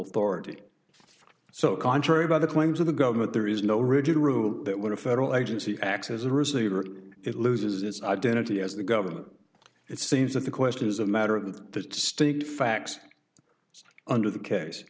authority so contrary about the claims of the government there is no rigid rule that when a federal agency acts as a receiver it loses its identity as the government it seems that the question is a matter of that stink facts under the case